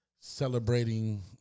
celebrating